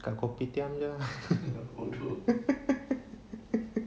kat kopitiam jer